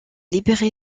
libéré